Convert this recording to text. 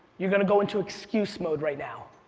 you're gonna go into excuse mode right now.